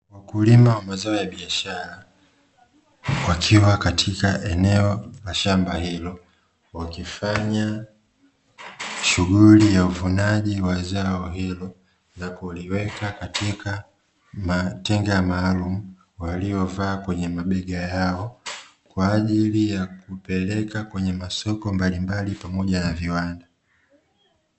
Wakulima wa mazao ya biashara, wakiwa katika eneo la shamba hilo, wakifanya shughuli ya uvunaji wa zao hilo na kuliweka katika matenga maalumu, waliyovaa kwenye mabega yao, kwa ajili ya kupeleka kwenye masoko mbalimbali pamoja na viwanda.